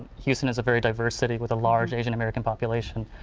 houston is a very diverse city with a large asian-american population,